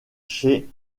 chez